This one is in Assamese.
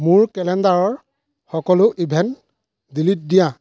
মোৰ কেলেণ্ডাৰৰ সকলো ইভেণ্ট ডিলিট দিয়া